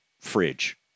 fridge